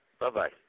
Bye-bye